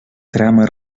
trama